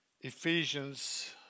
Ephesians